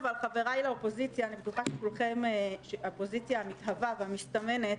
חבריי לאופוזיציה המתהווה והמשתמנת,